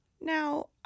Now